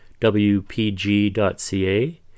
WPG.ca